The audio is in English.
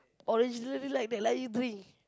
originally like that like you drink